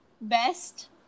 Best